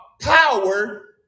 power